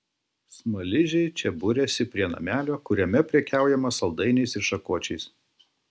smaližiai čia buriasi prie namelio kuriame prekiaujama saldainiais ir šakočiais